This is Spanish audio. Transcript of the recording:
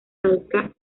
talca